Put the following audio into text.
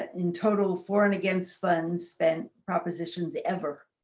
in total, for and against, funds spent propositions ever.